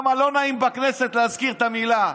כי לא נעים בכנסת להזכיר את המילה.